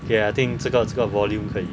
okay I think 这个这个 volume 可以